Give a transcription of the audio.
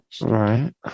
Right